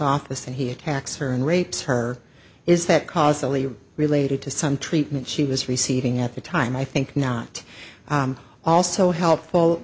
office and he attacks her and rapes her is that cosily related to some treatment she was receiving at the time i think not also helpful